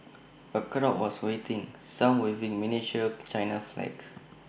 A crowd was waiting some waving miniature China flags